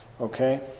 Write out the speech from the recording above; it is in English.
Okay